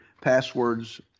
passwords